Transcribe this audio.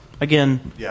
Again